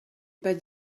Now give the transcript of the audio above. pas